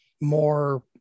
more